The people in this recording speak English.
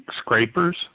scrapers